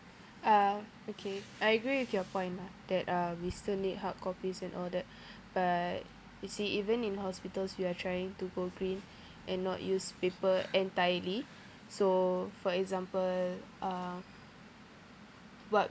uh okay I agree with your point lah that uh we still need hard copies and all that but you see even in hospitals we are trying to go green and not use paper entirely so for example uh what